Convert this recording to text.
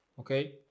okay